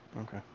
Okay